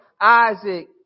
Isaac